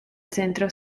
centro